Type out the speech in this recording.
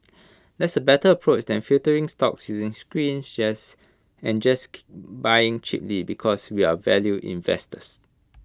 that's A better approach than just filtering stocks using screens and just buying cheaply because we're value investors